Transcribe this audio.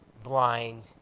blind